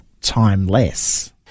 timeless